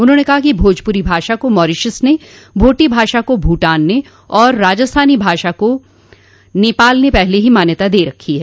उन्होंने कहा कि भोजपुरी भाषा को मारीशस ने भोटी भाषा को भूटान ने तथा राजस्थानी भाषा को नेपाल ने पहले ही मान्यता दे रखी है